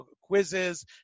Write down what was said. quizzes